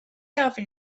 ofyn